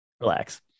relax